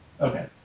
Okay